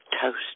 toast